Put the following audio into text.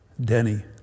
Denny